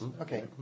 Okay